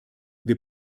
wir